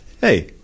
Hey